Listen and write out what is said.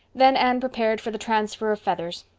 then anne prepared for the transfer of feathers.